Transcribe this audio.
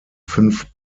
fünf